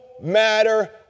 matter